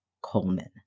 Coleman